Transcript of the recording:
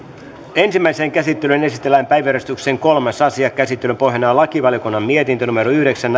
ensimmäiseen käsittelyyn esitellään päiväjärjestyksen kolmas asia käsittelyn pohjana on lakivaliokunnan mietintö yhdeksän